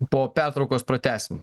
po pertraukos pratęsim